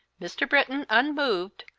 mr. britton, unmoved,